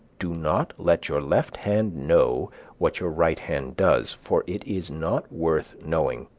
do not let your left hand know what your right hand does, for it is not worth knowing.